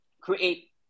create